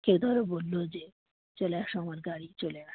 কেউ ধরো বললো যে চলে আসো আমার গাড়ি চলে আসো